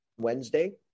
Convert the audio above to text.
wednesday